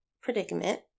predicament